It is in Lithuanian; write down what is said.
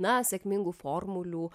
na sėkmingų formulių